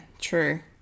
true